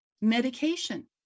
medication